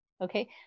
okay